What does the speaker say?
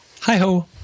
Hi-ho